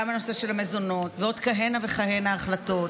גם הנושא של המזונות ועוד כהנה וכהנה החלטות,